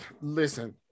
Listen